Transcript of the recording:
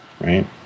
right